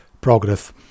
progress